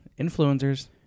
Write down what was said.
Influencers